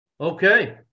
Okay